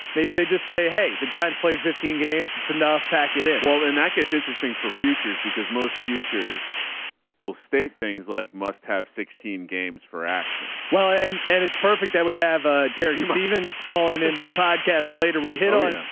maybe they just say, hey, the giants played fifteen games. it's enough packet it. well, and that gets interesting for futures because most futures will state things like must have sixteen games for action. well, and, and it's perfect that we have a derek stevens calling into the podcast later, we hit on,